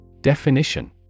Definition